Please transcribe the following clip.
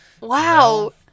Wow